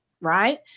right